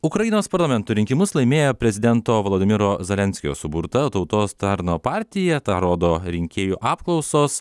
ukrainos parlamento rinkimus laimėjo prezidento volodymyro zelenskio suburta tautos tarno partija tą rodo rinkėjų apklausos